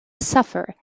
suffer